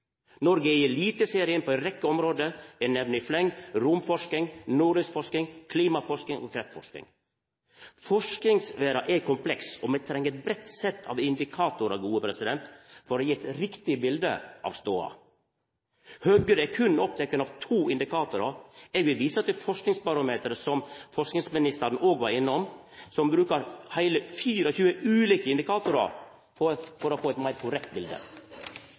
Noreg er i eliteserien på ei rekkje område. Eg nemner i fleng romforsking, nordlysforsking, klimaforsking og kreftforsking. Forskingsverda er kompleks, og me treng eit breitt sett av indikatorar for å gje eit riktig bilete av stoda. Høgre er berre oppteken av to indikatorar. Eg vil visa til Forskingsbarometeret, som forskingsministeren òg var innom, som brukar heile 24 ulike indikatorar for å få eit meir korrekt